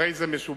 הרי זה משובח.